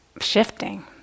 shifting